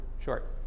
Short